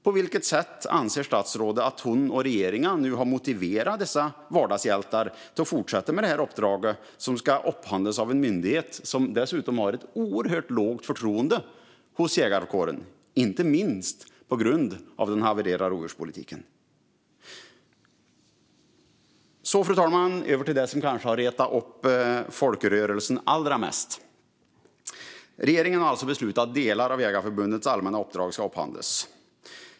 På vilket sätt anser statsrådet att hon och regeringen nu har motiverat dessa vardagshjältar till att fortsätta med detta uppdrag som ska upphandlas av en myndighet som dessutom har ett oerhört lågt förtroende hos jägarkåren, inte minst på grund av den havererade rovdjurspolitiken? Därefter ska jag gå över till det som kanske har retat upp folkrörelsen allra mest. Regeringen har alltså beslutat att delar av Svenska Jägareförbundets allmänna uppdrag ska upphandlas.